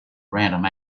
random